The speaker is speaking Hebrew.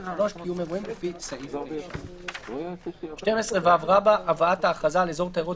(3) קיום אירועים לפי סעיף 9. הבאת ההכרזה על אזור תיירות